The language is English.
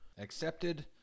accepted